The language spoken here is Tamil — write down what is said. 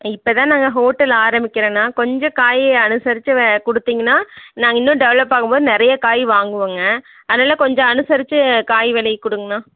இப்போ தான் நாங்கள் ஹோட்டல் ஆரம்பிக்கிறோண்ணா கொஞ்சம் காய் அனுசரித்து வ கொடுத்திங்கன்னா நாங்கள் இன்னும் டெவலப் ஆகும்போது நிறைய காய் வாங்குவோங்க அதனால கொஞ்சம் அனுசரித்து காய் விலை கொடுங்கண்ணா